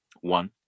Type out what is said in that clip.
one